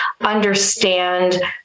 understand